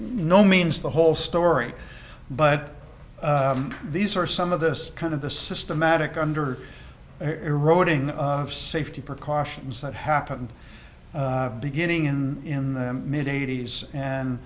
no means the whole story but these are some of this kind of the systematic under eroding of safety precautions that happened beginning in in the mid eighty's and